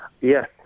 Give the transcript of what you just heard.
Yes